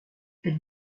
elle